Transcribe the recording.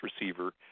receiver